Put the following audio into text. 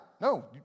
no